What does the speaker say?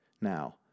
Now